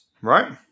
right